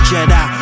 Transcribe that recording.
Jedi